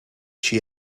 she